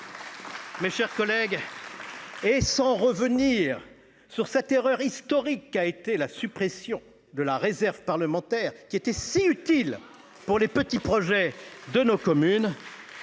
projets ! Enfin, et sans revenir sur cette erreur historique qu'a été la suppression de la réserve parlementaire, qui était si utile pour les petits projets de nos communes,